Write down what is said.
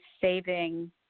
saving